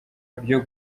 byo